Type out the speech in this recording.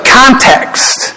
context